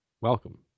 welcome